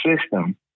system